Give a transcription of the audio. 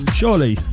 surely